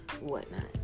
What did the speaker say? whatnot